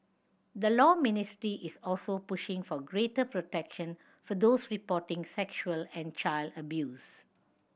the Law Ministry is also pushing for greater protection for those reporting sexual and child abuse